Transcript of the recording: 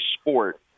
sport